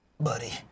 buddy